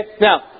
Now